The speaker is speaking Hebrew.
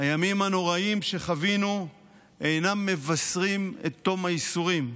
הימים הנוראיים שחווינו אינם מבשרים את תום הייסורים.